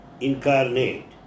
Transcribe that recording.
incarnate